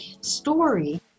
story